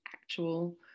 actual